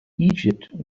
egypt